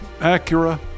Acura